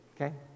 okay